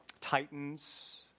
titans